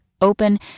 open